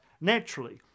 naturally